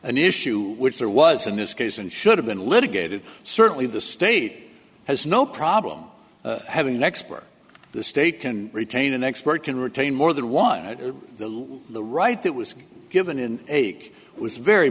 an issue which there was in this case and should have been litigated certainly the state has no problem having an expert the state can retain an expert can retain more than one the right that was given in eight was very